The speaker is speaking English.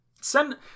Send